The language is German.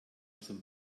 zum